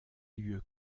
lieu